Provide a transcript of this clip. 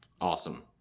Awesome